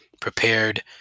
prepared